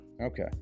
Okay